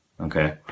Okay